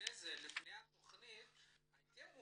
לפני התכנית כן הייתם מעורבים.